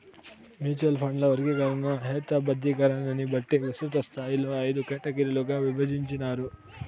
mutual ఫండ్ల వర్గీకరణ, హేతబద్ధీకరణని బట్టి విస్తృతస్థాయిలో అయిదు కేటగిరీలుగా ఇభజించినారు